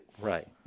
right